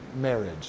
marriage